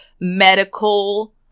medical